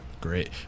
Great